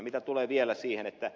mitä tulee vielä siihen ed